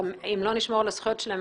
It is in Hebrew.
אם לא נשמור על הזכויות שלהם,